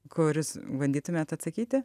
kuris bandytumėt atsakyti